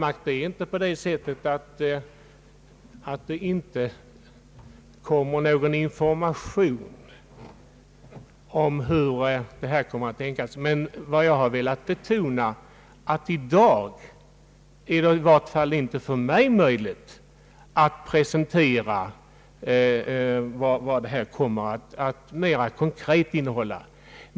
Herr talman! Det är inte så att det inte kommer någon information om hur förslaget kan tänkas bli utformat. Vad jag har velat betona är att det i dag i varje fall för mig inte är möjligt att presentera vad det kommer att mera konkret innehålla.